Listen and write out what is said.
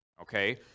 okay